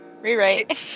Rewrite